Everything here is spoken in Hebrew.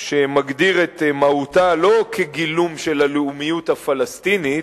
שמגדיר את מהותה לא כגילום של הלאומיות הפלסטינית,